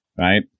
right